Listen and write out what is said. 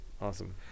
Awesome